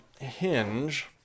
hinge